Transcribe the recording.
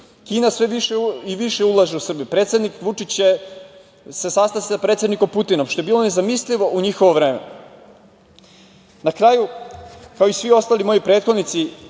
Kina sve više i više ulaže u Srbiju. Predsednik Aleksandar Vučić se sastao sa predsednikom Putinom, što je bilo nezamislivo u njihovo vreme. Na kraju, kao i svi ostali moji prethodnici,